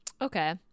okay